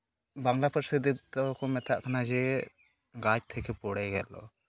ᱵᱟᱝᱞᱟ ᱯᱟᱹᱨᱥᱤ ᱛᱮᱫᱚ ᱠᱚ ᱢᱮᱛᱟᱜ ᱠᱟᱱᱟ ᱡᱮ ᱜᱟᱪᱷ ᱛᱷᱮᱠᱮ ᱯᱚᱲᱮ ᱜᱮᱞᱚ